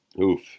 Oof